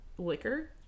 liquor